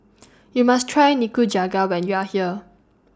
YOU must Try Nikujaga when YOU Are here